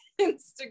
instagram